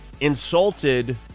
insulted